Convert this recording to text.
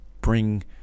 bring